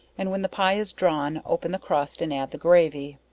and when the pie is drawn, open the crust, and add the gravy.